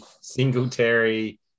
Singletary